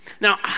Now